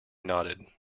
nodded